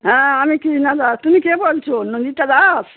হ্যাঁ আমি কি নেওদা তুমি কে বলছ নন্দিতা দাস